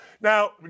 Now